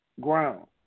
ground